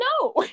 No